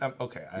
Okay